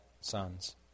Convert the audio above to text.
sons